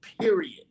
period